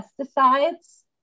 pesticides